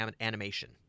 animation